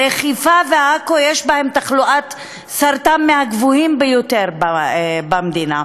הרי חיפה ועכו יש בהן תחלואת סרטן מהגבוהות ביותר במדינה.